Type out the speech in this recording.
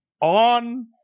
on